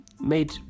made